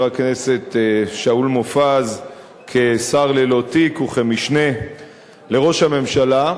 הכנסת שאול מופז כשר ללא תיק וכמשנה לראש הממשלה.